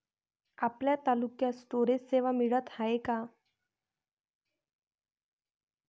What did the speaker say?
आपल्या तालुक्यात स्टोरेज सेवा मिळत हाये का?